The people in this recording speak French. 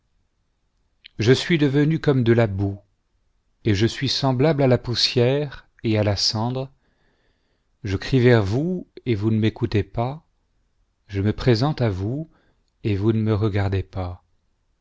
je suis devenu comme de la boue et je suis semblable à la poussière et à la cendre je crie vers vous et vous ne m'écoutez pas je me présente à vous et vous ne me regardez pas